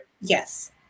Yes